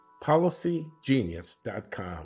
policygenius.com